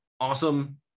Awesome